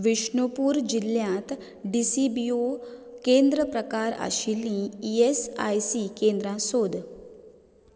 विष्णुपूर जिल्ल्यात D C B O केंद्र प्रकार आशिल्लीं ई एस आय सी केंद्रां सोद